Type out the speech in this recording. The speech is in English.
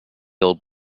old